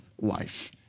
life